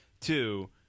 Two